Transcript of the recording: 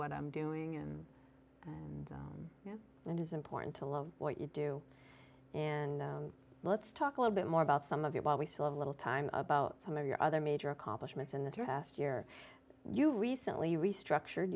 what i'm doing and you know it is important to love what you do and let's talk a little bit more about some of it while we still have a little time about some of your other major accomplishments in the draft year you recently restructured